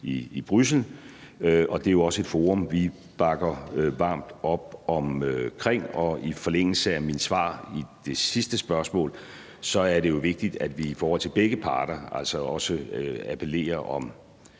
i Bryssel, og det er jo også et forum, vi bakker varmt op om. Og i forlængelse af mine svar under det sidste spørgsmål er det jo vigtigt, at vi i forhold til begge parter også appellerer